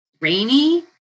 rainy